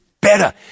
better